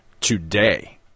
today